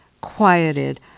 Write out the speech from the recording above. quieted